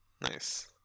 Nice